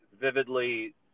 vividly